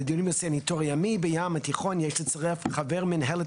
לדיונים בנושא ניטור הימי בים התיכון יש לצרף חבר מינהלת